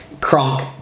Kronk